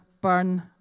burn